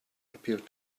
appeared